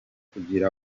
kugira